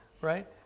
right